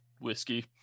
whiskey